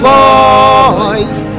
voice